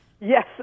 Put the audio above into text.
Yes